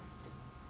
mm